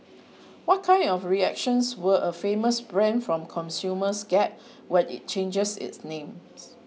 what kind of reactions will a famous brand from consumers get when it changes its name